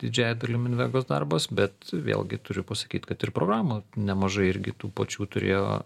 didžiąja dalim invegos darbas bet vėlgi turiu pasakyt kad ir programoj nemažai irgi tų pačių turėjo